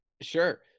Sure